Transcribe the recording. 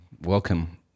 Welcome